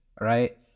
right